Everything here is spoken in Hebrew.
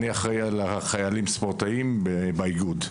אני אחראי על החיילים הספורטאים באיגוד.